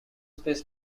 space